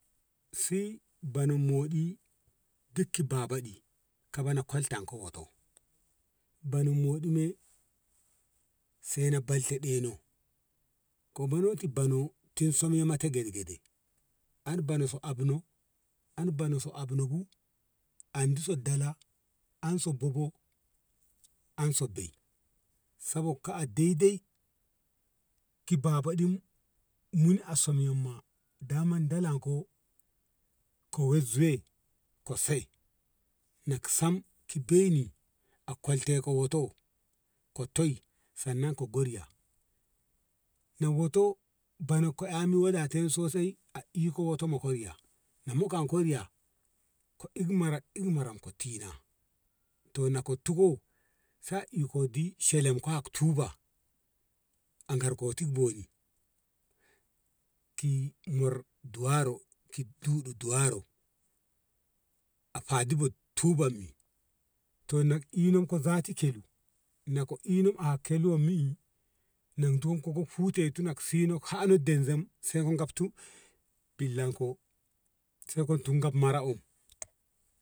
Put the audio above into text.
Si banan moɗi dik ki babaɗi kaba na kwaltan woto banan moɗi me se na balte ɗeno ko banati bano tin som ye mate gyargede anbano su abno an bano su abno bu andi sob dala an sobbobo an sobbei sabeb ka a daidai ki babadim mun a son yamma daman dalan ko koye zuyei kose nak sam ki beni a kwaltan ko wato ka toi sannan ka go riya na woto banakko eni wadatan sosai a iko wato moko riya na mukon ko riya ko ik mara ik mara ko tina to na kottiko sa iko di shelem ka haktu ba a garko ko ti boni ki mor duwaro ki duɗu duwaro a fadi bot tu ban mi to nak i zati kelue na ko inan a kelu ma i nan ton ko hutu na i haa na denzen se ka gaftu billan ko se ka tunga mara o.